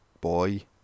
boy